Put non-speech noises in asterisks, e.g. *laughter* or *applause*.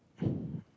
*breath*